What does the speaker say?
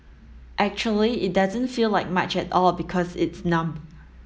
actually it doesn't feel like much at all because it's numb